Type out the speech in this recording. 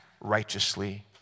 righteously